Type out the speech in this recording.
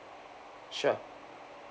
sure